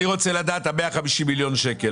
אני רוצה לדעת לגבי ה-150 מיליון שקלים,